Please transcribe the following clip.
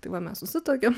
tai va mes susituokėm